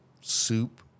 soup